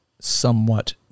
somewhat